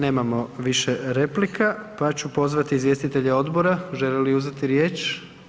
Nemamo više replika, pa ću pozvati izvjestitelja odbora, želi li uzeti riječ?